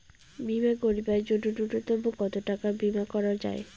বীমা করিবার জন্য নূন্যতম কতো টাকার বীমা করা যায়?